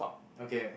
okay